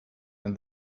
and